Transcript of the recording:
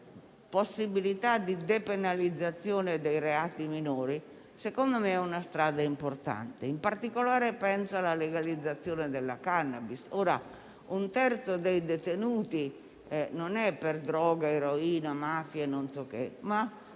la possibilità di depenalizzazione dei reati minori sia una strada importante; in particolare penso alla legalizzazione della *cannabis*. Un terzo dei detenuti è recluso non per droga, eroina, mafia o non so cosa, ma